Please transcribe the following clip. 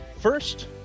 First